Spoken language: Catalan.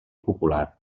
popular